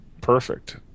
perfect